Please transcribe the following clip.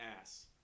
ass